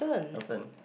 your turn